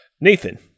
Nathan